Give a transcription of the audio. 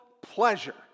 pleasure